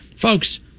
Folks